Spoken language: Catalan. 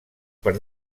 per